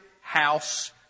house